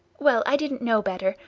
well, i didn't know better.